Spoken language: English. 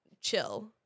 chill